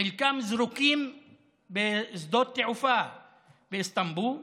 חלקם זרוקים בשדות תעופה באיסטנבול,